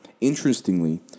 interestingly